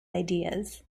ideas